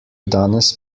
danes